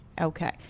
okay